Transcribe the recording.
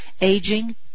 aging